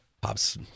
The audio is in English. Pop's